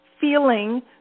feeling